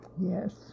Yes